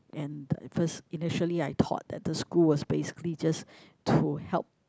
and at first initially I thought that the school was basically just to help